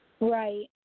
right